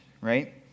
right